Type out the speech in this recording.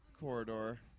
corridor